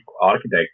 architect